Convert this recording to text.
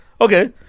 okay